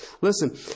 Listen